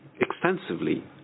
extensively